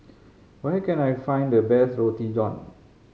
where can I find the best Roti John